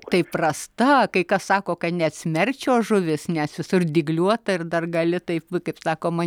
tai prasta kai kas sako kad net smerčio žuvis nes visur dygliuota ir dar gali taip kaip sakoma